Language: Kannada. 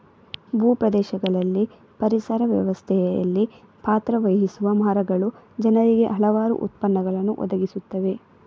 ಭೂ ಪ್ರದೇಶಗಳಲ್ಲಿ ಪರಿಸರ ವ್ಯವಸ್ಥೆಯಲ್ಲಿ ಪಾತ್ರ ವಹಿಸುವ ಮರಗಳು ಜನರಿಗೆ ಹಲವಾರು ಉತ್ಪನ್ನಗಳನ್ನು ಒದಗಿಸುತ್ತವೆ